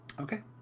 okay